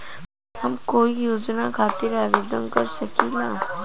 हम कोई योजना खातिर आवेदन कर सकीला?